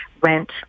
rent